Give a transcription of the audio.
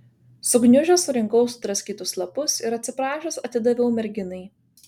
sugniužęs surinkau sudraskytus lapus ir atsiprašęs atidaviau merginai